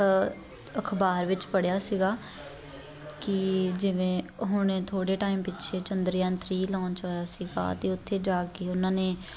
ਅਖਬਾਰ ਵਿੱਚ ਪੜ੍ਹਿਆ ਸੀਗਾ ਕਿ ਜਿਵੇਂ ਹੁਣ ਥੋੜ੍ਹੇ ਟਾਈਮ ਪਿੱਛੇ ਚੰਦਰਯਾਨ ਥ੍ਰੀ ਲੋਂਚ ਹੋਇਆ ਸੀਗਾ ਅਤੇ ਉੱਥੇ ਜਾ ਕੇ ਉਹਨਾਂ ਨੇ